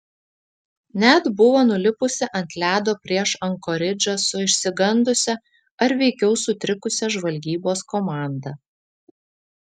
net buvo nulipusi ant ledo prieš ankoridžą su išsigandusia ar veikiau sutrikusia žvalgybos komanda